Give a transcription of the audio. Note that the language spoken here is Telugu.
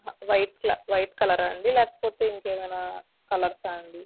వ వైట్ క్లాత్ వైట్ కలరా అండి లేకపోతే ఇంకా ఏమైనా కలర్సా అండి